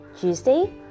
Tuesday